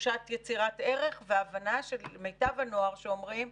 תחושת יצירת ערך והבנה של מיטב הנוער שאומרים: